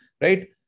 Right